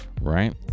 right